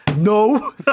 No